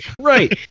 Right